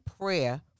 prayer